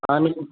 ಆಮೇಲೆ